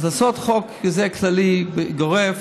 אז לעשות חוק כזה כללי גורף,